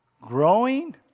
growing